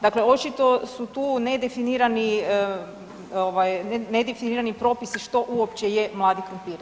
Dakle, očito su tu nedefinirani ovaj nedefinirani propisi što uopće je mladi krumpir.